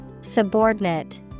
Subordinate